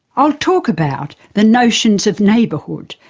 i'll talk about the notions of neighbourhood,